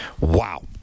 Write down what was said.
Wow